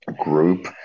group